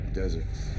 deserts